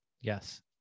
Yes